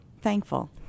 thankful